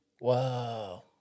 Wow